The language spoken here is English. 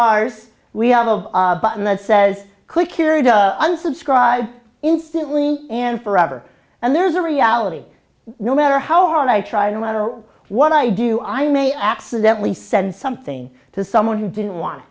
ours we have of a button that says could carry the unsubscribe instantly and forever and there's a reality no matter how hard i try to model what i do i may accidentally send something to someone who didn't want